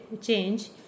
change